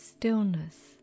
Stillness